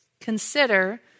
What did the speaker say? Consider